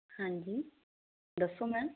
ਹਾਂਜੀ ਦੱਸੋ ਮੈਮ